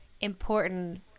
important